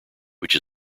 which